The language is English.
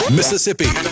Mississippi